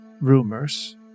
rumors